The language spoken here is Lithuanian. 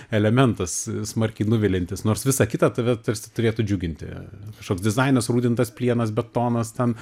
elementas smarkiai nuviliantis nors visa kita tave tarsi turėtų džiuginti kažkoks dizainas rūdintas plienas betonas ten